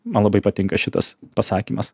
man labai patinka šitas pasakymas